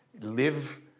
Live